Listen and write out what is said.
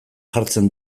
jartzen